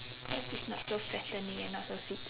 cause it's not so fattening and not so sweet